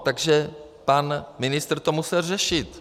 Takže pan ministr to musel řešit.